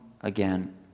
again